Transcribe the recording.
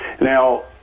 Now